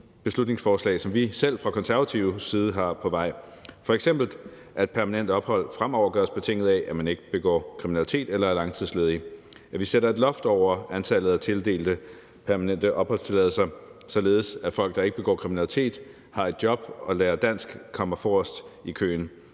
beslutningsforslag, som vi selv fra konservativ side har på vej, f.eks. at permanent ophold fremover gøres betinget af, at man ikke begår kriminalitet eller er langtidsledig, at vi sætter et loft over antallet af tildelte permanente opholdstilladelser, således at folk, der ikke begår kriminalitet, og som har et job og lærer dansk, kommer forrest i køen,